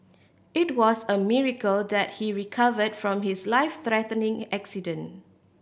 it was a miracle that he recovered from his life threatening accident